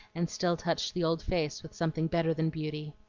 and still touched the old face with something better than beauty.